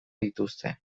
dituzte